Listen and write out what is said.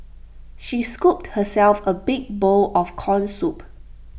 she scooped herself A big bowl of Corn Soup